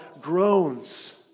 groans